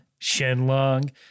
Shenlong